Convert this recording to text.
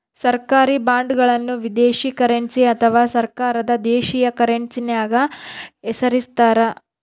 ಸರ್ಕಾರಿ ಬಾಂಡ್ಗಳನ್ನು ವಿದೇಶಿ ಕರೆನ್ಸಿ ಅಥವಾ ಸರ್ಕಾರದ ದೇಶೀಯ ಕರೆನ್ಸ್ಯಾಗ ಹೆಸರಿಸ್ತಾರ